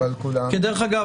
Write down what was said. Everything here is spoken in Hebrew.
דרך אגב,